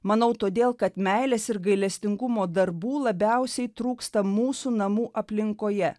manau todėl kad meilės ir gailestingumo darbų labiausiai trūksta mūsų namų aplinkoje